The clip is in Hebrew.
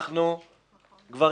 אנחנו כבר